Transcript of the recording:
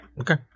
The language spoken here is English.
Okay